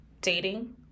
dating